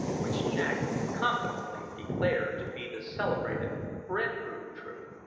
which jack confidently declared to be the celebrated bread-fruit tree.